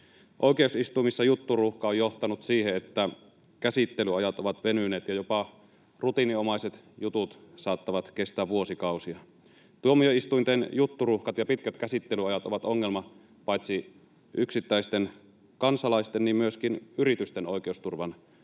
Oikeusistuimissa jutturuuhka on johtanut siihen, että käsittelyajat ovat venyneet ja jopa rutiininomaiset jutut saattavat kestää vuosikausia. Tuomioistuinten jutturuuhkat ja pitkät käsittelyajat ovat ongelma paitsi yksittäisten kansalaisten myöskin yritysten oikeusturvan kannalta.